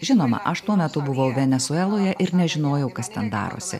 žinoma aš tuo metu buvau venesueloje ir nežinojau kas ten darosi